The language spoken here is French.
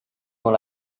dans